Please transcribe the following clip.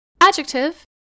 adjective